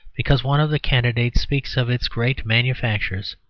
because one of the candidates speaks of its great manufactures.